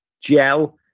gel